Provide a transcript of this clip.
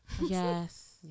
Yes